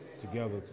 together